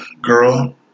Girl